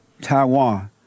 Taiwan